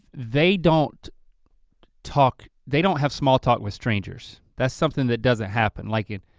they don't talk, they don't have smalltalk with strangers. that's something that doesn't happen, like it